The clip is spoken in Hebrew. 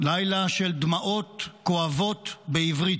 לילה של דמעות כואבות בעברית,